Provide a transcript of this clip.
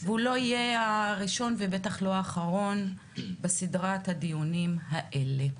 והוא לא יהיה הראשון ובטח לא האחרון בסדרת הדיונים הזאת.